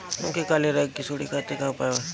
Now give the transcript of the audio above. गेहूँ में काले रंग की सूड़ी खातिर का उपाय बा?